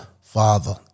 father